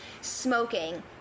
smoking